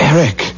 Eric